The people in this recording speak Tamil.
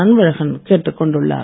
அன்பழகன் கேட்டுக் கொண்டுள்ளார்